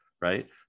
right